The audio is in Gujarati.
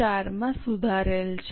4 માં સુધારેલ છે